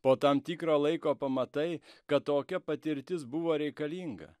po tam tikro laiko pamatai kad tokia patirtis buvo reikalinga